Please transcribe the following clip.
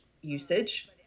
usage